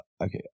Okay